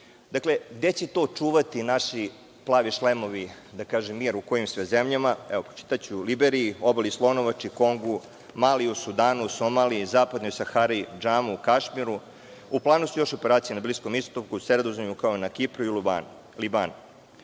ciljevima. Gde će to čuvati naši „plavi šlemovi“, da kažem, mir u kojim sve zemljama? Evo, pročitaću: u Liberiji, Obali Slonovače, Kongu, Maliju, Sudanu, Somaliji, Zapadnoj Sahari, Džamu, Kašmiru, u planu su još operacije na Bliskom istoku, Sredozemlju, kao i na Kipru i u